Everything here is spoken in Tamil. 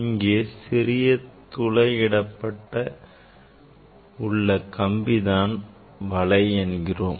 இங்கே சிறிய துளை இடப்பட்ட உள்ள கம்பியை தான் வலை என்கிறோம்